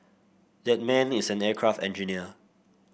that man is an aircraft engineer